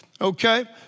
okay